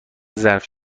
ظرف